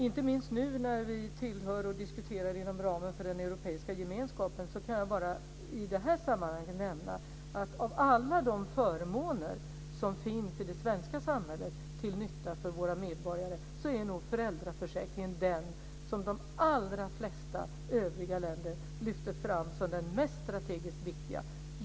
Inte minst nu när vi tillhör och diskuterar inom ramen för den europeiska gemenskapen kan jag i det här sammanhanget nämna att av alla de förmåner som finns i det svenska samhället till nytta för våra medborgare är nog föräldraförsäkringen den som de allra flesta övriga länder lyfter fram som den strategiskt viktigaste.